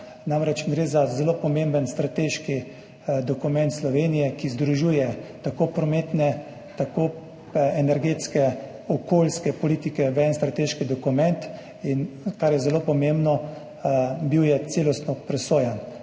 Namreč, gre za zelo pomemben strateški dokument Slovenije, ki združuje tako prometne, energetske kot okoljske politike v en strateški dokument, in kar je zelo pomembno, bil je celostno presojan